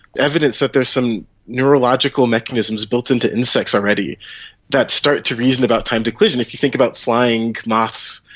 evidence that there is some neurological mechanisms built into insects already that start to reason about time-to-collision. if you think about flying moths,